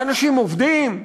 לאנשים עובדים.